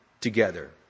together